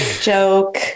joke